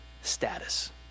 status